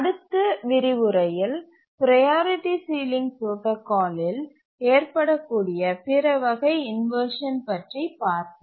அடுத்த விரிவுரையில் priority ceiling புரோடாகாலில் ஏற்படக்கூடிய பிற வகை இன்வர்ஷன் பற்றி பார்ப்போம்